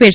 પેટ